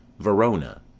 verona.